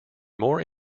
more